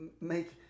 make